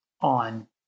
on